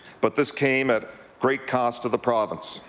but this came at great cost to the province.